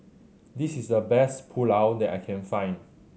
this is the best Pulao that I can find